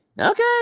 okay